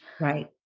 Right